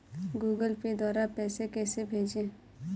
Google Pay द्वारा पैसे कैसे भेजें?